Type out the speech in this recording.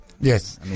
Yes